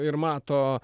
ir mato